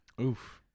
Oof